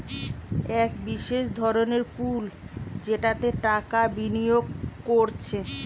এক বিশেষ ধরনের পুল যেটাতে টাকা বিনিয়োগ কোরছে